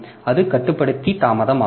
எனவே அது கட்டுப்படுத்தி தாமதம்